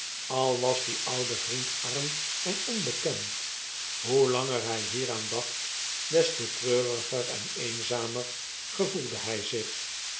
al was die oude vriend arm en onbekend hoe langer hij hieraan dacht des te treuriger en eenzamer gevoelde by zich